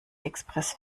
express